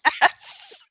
Yes